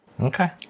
Okay